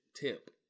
Tip